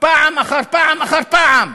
פעם אחר פעם אחר פעם,